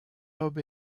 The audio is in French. bob